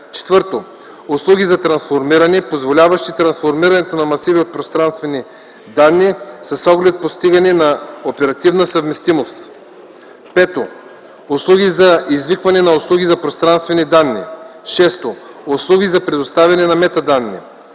тях; 4. услуги за трансформиране, позволяващи трансформирането на масиви от пространствени данни, с оглед постигане на оперативна съвместимост; 5. услуги за извикване на услуги за пространствени данни; 6. услуги за предоставяне на метаданни.